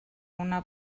una